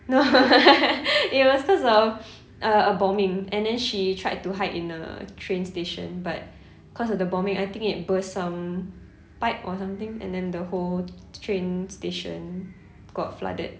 no it was cause of a bombing and then she tried to hide in a train station but cause of the bombing I think it burst some pipe or something and then the whole train station got flooded